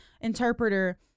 interpreter